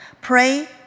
pray